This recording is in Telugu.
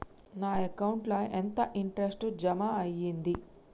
నా అకౌంట్ ల ఎంత ఇంట్రెస్ట్ జమ అయ్యింది?